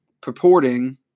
purporting